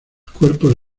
cuerpos